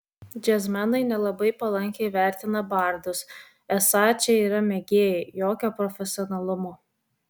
džiazmenai nelabai palankiai vertina bardus esą čia yra mėgėjai jokio profesionalumo